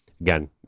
again